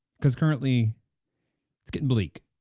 cause currently it's getting bleak.